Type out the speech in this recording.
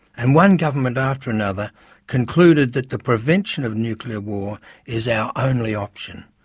and one government after another concluded that the prevention of nuclear war is our only option,